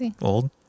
old